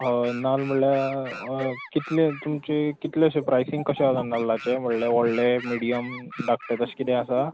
हय नाल्ल म्हणल्यार कितले तुमचे कितलेशें प्रायसींग कशें आसा नाल्लाचें म्हणल्यार व्हडले मिडयम धाकटे तशें किदें आसा